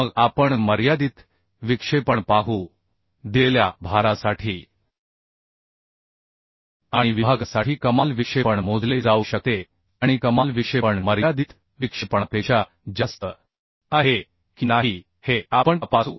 मग आपण मर्यादित विक्षेपण पाहू दिलेल्या भारासाठी आणि विभागासाठी कमाल विक्षेपण मोजले जाऊ शकते आणि कमाल विक्षेपण मर्यादित विक्षेपणापेक्षा जास्त आहे की नाही हे आपण तपासू